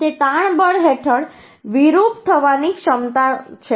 તે તાણ બળ હેઠળ વિરૂપ થવાની ક્ષમતા છે